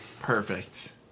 Perfect